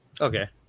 Okay